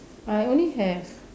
I only have